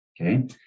okay